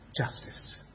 justice